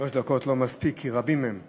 שלוש דקות לא מספיק, כי רבים הם,